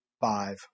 five